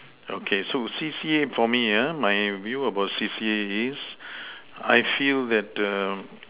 okay so C_C_A for me my view about C_C_A is I feel that